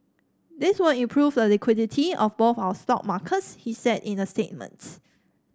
this will improve the liquidity of both our stock markets he said in a statements